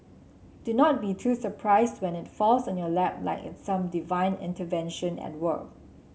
do not be too surprised when it falls on your lap like it's some divine intervention at work